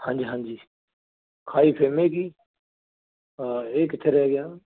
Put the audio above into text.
ਹਾਂਜੀ ਹਾਂਜੀ ਖਾਈ ਫੇਮੇਗੀ ਇਹ ਕਿੱਥੇ ਰਹਿ ਗਿਆ